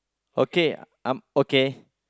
okay I'm okay